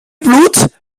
blut